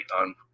on